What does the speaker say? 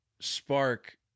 spark